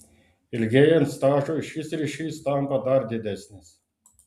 ilgėjant stažui šis ryšys tampa dar didesnis